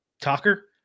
talker